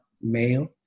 male